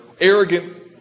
arrogant